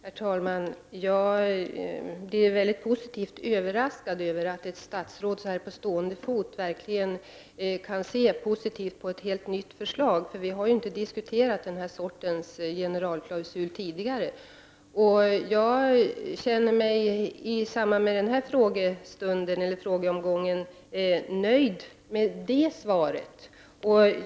Herr talman! Jag blev mycket glatt överraskad över att ett statsråd så här på stående fot verkligen kan se positivt på ett helt nytt förslag. Vi har ju inte diskuterat den här sortens generalklausul tidigare. I den här frågeomgången känner jag mig nöjd med svaret.